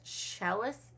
cellist